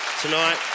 tonight